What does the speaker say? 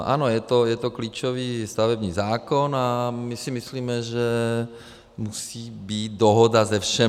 Ano, je to klíčový stavební zákon a my si myslíme, že musí být dohoda se všemi.